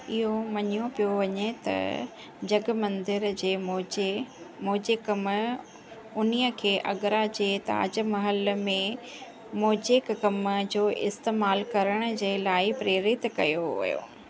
इहो मञियो पयो वञे त जगमंदिर जे मोजे मोजे कमु उन खे आगरा जे ताजमहल में मोजेक कम जो इस्तेमालु करण जे लाइ प्रेरित कयो वियो